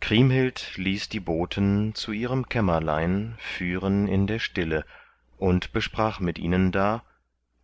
kriemhild ließ die boten zu ihrem kämmerlein führen in der stille und besprach mit ihnen da